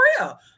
real